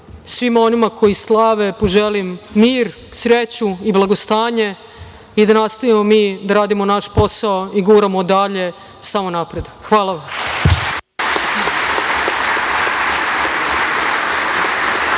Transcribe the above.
svima onima koji slave, poželim mir, sreću i blagostanje i da nastavimo mi da radimo naš posao i guramo dalje samo napred. Hvala vam.